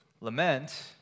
Lament